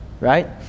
right